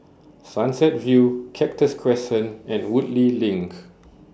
Sunset View Cactus Crescent and Woodleigh LINK